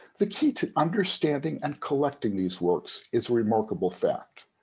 the key to understanding and collecting these works is a remarkable fact.